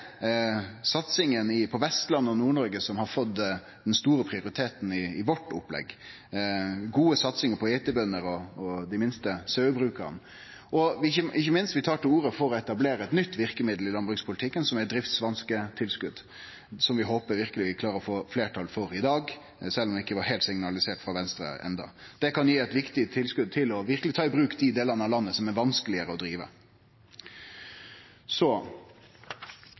på Vestlandet og i Nord-Noreg som har blitt sterkast prioritert i vårt opplegg – gode satsingar på geitebønder og dei minste sauebruka. Ikkje minst tar vi til orde for å etablere eit nytt verkemiddel i landbrukspolitikken, eit driftsvansketilskot, som vi verkeleg håper at vi klarer å få fleirtal for i dag, sjølv om det ikkje har kome heilt klare signal frå Venstre om det enno. Det kan gi eit viktig tilskot til verkeleg å ta i bruk dei delane av landet der det er vanskelegare å drive.